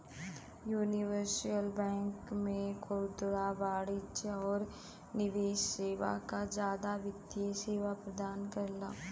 universal bank में खुदरा वाणिज्यिक आउर निवेश सेवा क जादा वित्तीय सेवा प्रदान करला